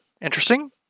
interesting